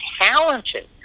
talented